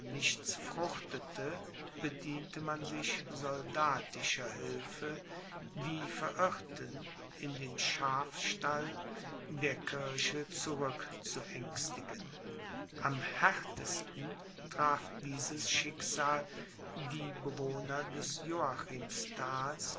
nichts fruchtete bediente man sich soldatischer hilfe die verirrten in den schafstall der kirche zurück zu ängstigen am härtesten traf dieses schicksal die bewohner des